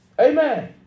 Amen